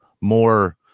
more